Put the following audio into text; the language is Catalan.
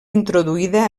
introduïda